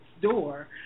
door